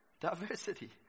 diversity